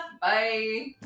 Bye